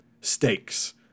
stakes